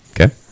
Okay